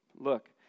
Look